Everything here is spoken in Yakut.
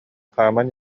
хааман